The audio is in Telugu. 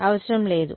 అవసరం లేదు